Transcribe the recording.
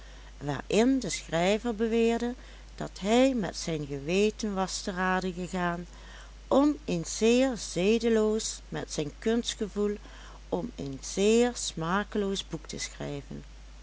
waarin de schrijver beweerde dat hij met zijn geweten was te rade gegaan om een zeer zedeloos met zijn kunstgevoel om een zeer smakeloos boek te schrijven